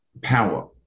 power